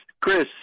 Chris